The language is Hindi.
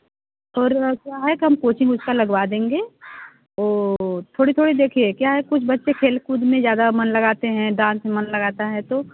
और क्या है हम कोचिंग उसका लगवा देंगे और थोड़ी थोड़ी देखिए क्या है कुछ बच्चे खेल कूद में ज़्यादा मन लगाते हैं डांस में मन लगाता है तो